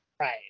Right